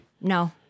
no